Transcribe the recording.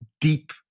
deep